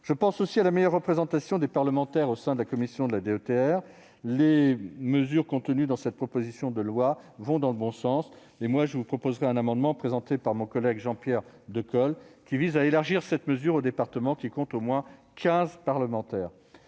Je pense aussi à la meilleure représentation des parlementaires au sein de la commission DETR. Les dispositions contenues dans cette proposition de loi vont dans le bon sens, mais je présenterai un amendement, proposé par mon collègue Jean-Pierre Decool, qui vise à élargir cette mesure aux départements qui comptent au moins quinze parlementaires.